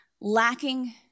lacking